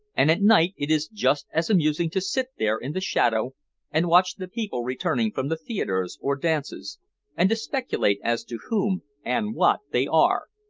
and at night it is just as amusing to sit there in the shadow and watch the people returning from the theaters or dances and to speculate as to whom and what they are.